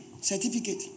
certificate